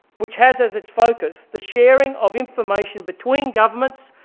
which has as its focus the sharing of information between governments,